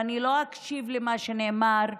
ואני לא אקשיב למה שנאמר,